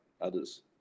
others